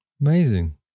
Amazing